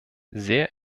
sehr